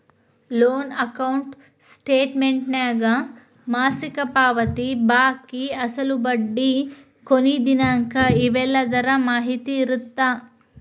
loan account ಸ್ಟೇಟಮೆಂಟ್ನ್ಯಾಗ ಮಾಸಿಕ ಪಾವತಿ ಬಾಕಿ ಅಸಲು ಬಡ್ಡಿ ಕೊನಿ ದಿನಾಂಕ ಇವೆಲ್ಲದರ ಮಾಹಿತಿ ಇರತ್ತ